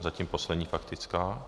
Zatím poslední faktická.